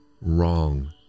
wrong